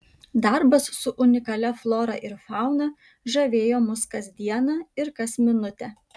darbas su unikalia flora ir fauna žavėjo mus kas dieną ir kas minutę